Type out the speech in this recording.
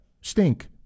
stink